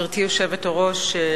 גברתי היושבת-ראש,